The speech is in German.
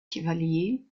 chevalier